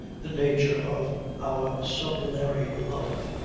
the nature of our sublunary love,